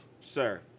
sir